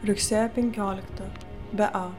rugsėjo penkiolikta be a